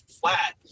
flat